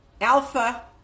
alpha